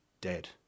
dead